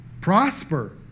prosper